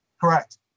Correct